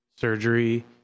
surgery